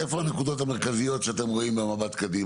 איפה הנקודות המרכזיות שאתם רואים במבט קדימה?